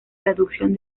reducción